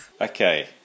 Okay